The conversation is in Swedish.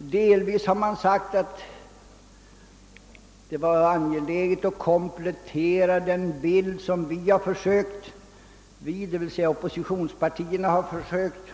Bland annat har det sagts att det varit angeläget att komplettera den bild som oppositionspartierna försökt